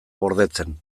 gordetzen